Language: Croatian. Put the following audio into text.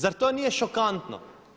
Zar to nije šokantno?